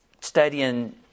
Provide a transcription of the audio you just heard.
studying